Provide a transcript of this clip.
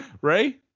Ray